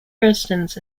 residence